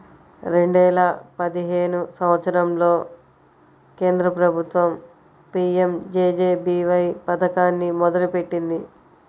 రెండేల పదిహేను సంవత్సరంలో కేంద్ర ప్రభుత్వం పీయంజేజేబీవై పథకాన్ని మొదలుపెట్టింది